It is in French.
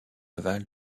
navals